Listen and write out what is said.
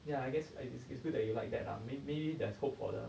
ya I guess it is good that you like that lah maybe there's hope for the